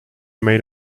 made